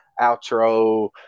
outro